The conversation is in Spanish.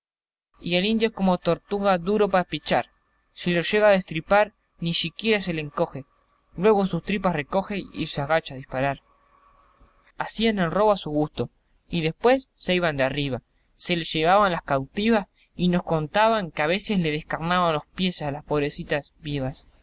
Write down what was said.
y el indio es como tortuga de duro para espichar si lo llega a destripar ni siquiera se le encoge luego sus tripas recoge y se agacha a disparar hacían el robo a su gusto y después se iban de arriba se llevaban las cautivas y nos contaban que a veces les descarnaban los pieses a las pobrecitas vivas